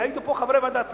יעידו פה חברי ועדת פנים,